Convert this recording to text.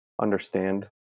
understand